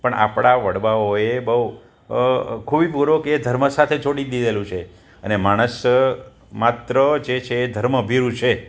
પણ આપણા વડવાઓએ બહુ ખૂબીપૂર્વક એ ધર્મ સાથે જોડી દીધેલું છે અને માણસ માત્ર જે છે એ ધર્મ ભીરુ છે